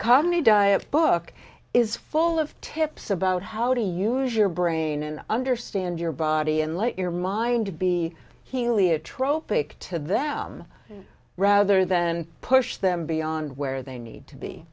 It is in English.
commonly diet book is full of tips about how to use your brain and understand your body and let your mind to be heliotrope it to them rather than push them beyond where they need to be